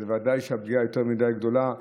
וודאי שהפגיעה יותר מדי גדולה.